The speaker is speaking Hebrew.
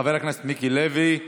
חבר הכנסת מיקי לוי.